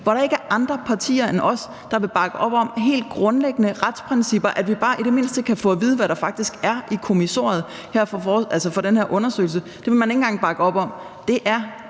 hvor der ikke er andre partier end os, der vil bakke op om helt grundlæggende retsprincipper, så vi bare i det mindste kan få at vide, hvad der faktisk er i kommissoriet for den her undersøgelse. Det vil man ikke engang bakke op om. Det er